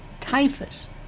Typhus